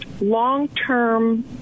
long-term